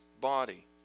body